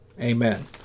Amen